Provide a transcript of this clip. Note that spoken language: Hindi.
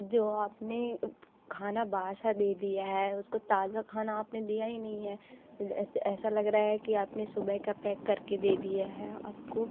जो आपने खाना बासा दे दिया है उसको ताज़ा खाना आपने दिया ही नहीं है ऐसा लग रहा है कि आपने सुबह का पैक करके दे दिया है आपको